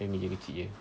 dia meja kecil jer